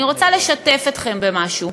אני רוצה לשתף אתכם במשהו: